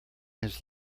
his